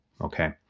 Okay